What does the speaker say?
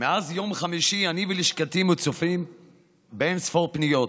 מאז יום חמישי לשכתי ואני מוצפים באין-ספור פניות.